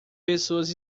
pessoas